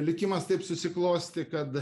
likimas taip susiklostė kad